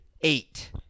eight